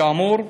כאמור.